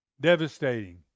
Devastating